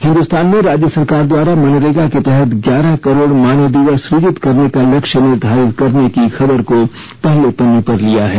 हिन्दुस्तान ने राज्य सरकार द्वारा मनरेगा के तहत ग्यारह करोड़ मानव दिवस सुजित करने का लक्ष्य निर्धारित करने की खबर को पहले पर लिया है